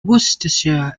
worcestershire